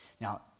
Now